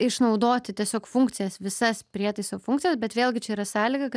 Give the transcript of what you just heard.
išnaudoti tiesiog funkcijas visas prietaiso funkcijas bet vėlgi čia yra sąlyga ka